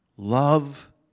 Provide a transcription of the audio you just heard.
Love